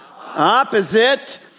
opposite